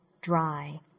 dry